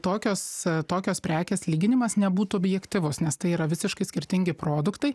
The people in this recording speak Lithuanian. tokios tokios prekės lyginimas nebūtų objektyvus nes tai yra visiškai skirtingi produktai